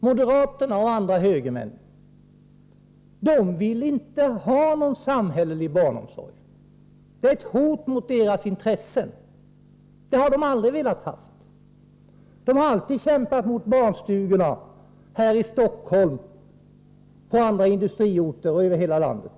: Moderaterna och andra högermän vill inte ha någon samhällelig barnomsorg. Den är ett hot mot deras intressen. De har alltid kämpat emot barnstugorna — här i Stockholm, på andra industriorter och över hela landet.